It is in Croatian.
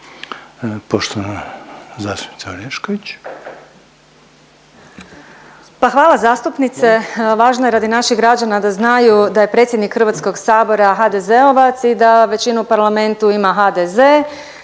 **Orešković, Dalija (DOSIP)** Pa hvala zastupnice, važno je radi naših građana da znaju da je predsjednik HS-a HDZ-ovac i da većinu u parlamentu ima HDZ,